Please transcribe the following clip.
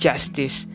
Justice